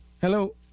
Hello